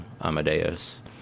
Amadeus